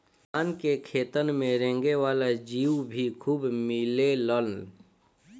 धान के खेतन में रेंगे वाला जीउ भी खूब मिलेलन